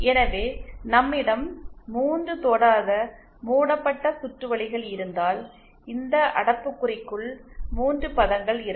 எனவே நம்மிடம் 3 தொடாத மூடப்பட்ட சுற்று வழிகள் இருந்தால் இந்த அடைப்புக்குறிக்குள் 3 பதங்கள் இருக்கும்